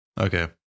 Okay